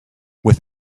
with